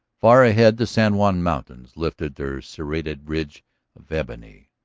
far ahead the san juan mountains lifted their serrated ridge of ebony.